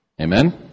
Amen